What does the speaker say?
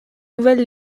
nouvelle